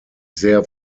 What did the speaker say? sehr